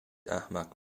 احمق